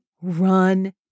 run